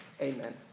Amen